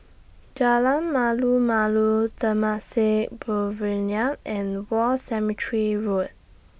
Jalan Malu Malu Temasek and War Cemetery Road